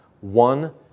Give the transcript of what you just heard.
one